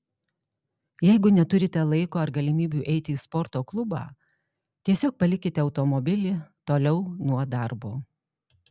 jeigu neturite laiko ar galimybių eiti į sporto klubą tiesiog palikite automobilį toliau nuo darbo